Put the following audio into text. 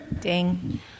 Ding